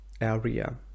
area